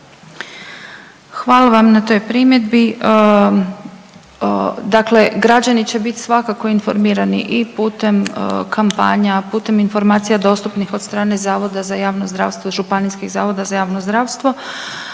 Hvala vam na toj primjedbi. Dakle, građani će biti svakako informirani i putem kampanja, putem informacija dostupnih od strane zavoda za javno zdravstvo, županijskih zavoda za javno zdravstvo.